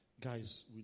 guys